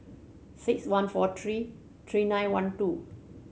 six one four three three nine one two